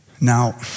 Now